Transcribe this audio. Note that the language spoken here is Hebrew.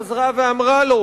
הוועדה חזרה ואמרה לו: